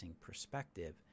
perspective